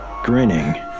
Grinning